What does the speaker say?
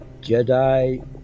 jedi